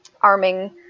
arming